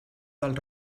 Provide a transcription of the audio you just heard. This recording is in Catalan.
del